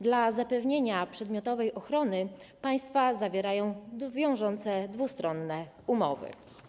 Dla zapewnienia przedmiotowej ochrony państwa zawierają wiążące, dwustronne umowy.